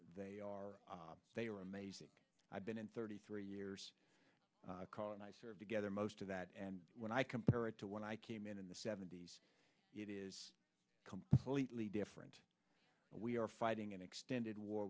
they are they are amazing i've been in thirty three years and i served together most of that and when i compare it to when i came in in the seventy's it is completely different we are fighting an extended war